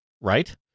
right